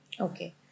Okay